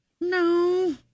No